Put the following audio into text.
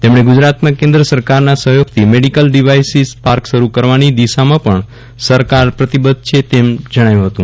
તેમણે ગુજરાતમાં કેન્દ્ર સરકારના સહયોગથી મેડીકલ ડીવાઇસીસ પાર્ક શરૂ કરવાની દિશામાં પણ સરકાર પ્રતિબધ્ધ છે તેમ જણાવ્યું હતું